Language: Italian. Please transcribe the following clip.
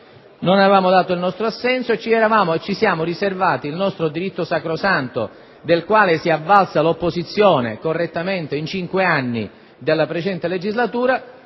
giornata del 28 settembre e ci siamo riservati il nostro diritto sacrosanto, del quale si è avvalsa l'opposizione correttamente in cinque anni della precedente legislatura,